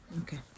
Okay